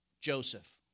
Joseph